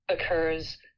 occurs